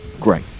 great